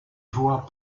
voit